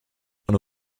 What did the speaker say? her